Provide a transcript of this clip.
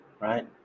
Right